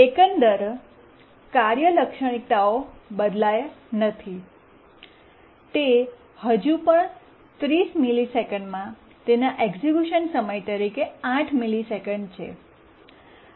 એકંદર કાર્ય લાક્ષણિકતાઓ બદલાયા નથી તે હજી પણ 30 મિલિસેકન્ડમાં તેના એક્ઝેક્યુશન સમય તરીકે 8 મિલિસેકંડ છે